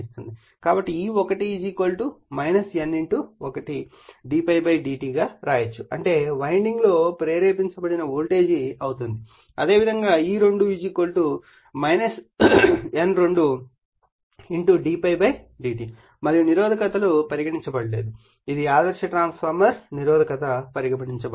కాబట్టి E1 N1 d∅ d t గా వ్రాయవచ్చు అంటే వైండింగ్ లో ప్రేరేపించబడిన వోల్టేజ్ అవుతుంది అదేవిధంగా E2 N2 d∅ dt మరియు నిరోధకత లు పరిగణించబడలేదు ఇది ఆదర్శ ట్రాన్స్ఫార్మర్ నిరోధకత పరిగణించబడలేదు